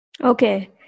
Okay